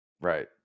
Right